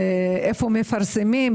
איפה מפרסמים,